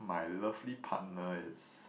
my lovely partner is